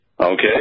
Okay